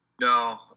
No